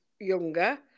younger